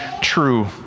true